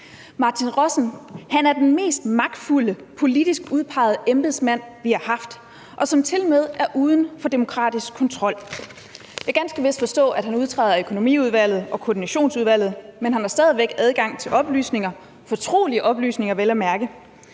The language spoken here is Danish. Martin Rossen er den mest magtfulde politisk udpegede embedsmand, vi har haft, og som tilmed er uden for demokratisk kontrol. Jeg kan ganske vist forstå, at han udtræder af Økonomiudvalget og Koordinationsudvalget, men han har stadig væk adgang til oplysninger – fortrolige oplysninger, vel at mærke.